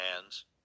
hands